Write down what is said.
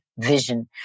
vision